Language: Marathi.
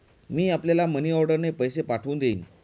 मी आपल्याला मनीऑर्डरने पैसे पाठवून देईन